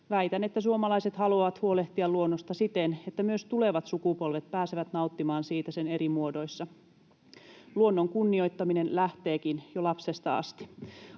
Väitän, että suomalaiset haluavat huolehtia luonnosta siten, että myös tulevat sukupolvet pääsevät nauttimaan siitä sen eri muodoissa. Luonnon kunnioittaminen lähteekin jo lapsesta asti.